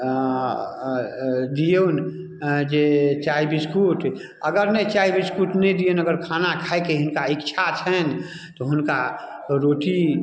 अऽ अऽ दियौन अऽ जे चाय बिस्कुट अगर नहि चाय बिस्कुट नहि दियनि अगर खाना खाइके हिनका इच्छा छनि तऽ हुनका रोटी